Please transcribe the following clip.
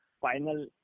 final